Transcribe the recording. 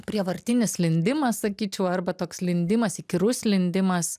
prievartinis lindimas sakyčiau arba toks lindimas įkyrus lindimas